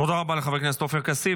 תודה רבה לחבר הכנסת עופר כסיף.